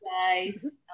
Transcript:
guys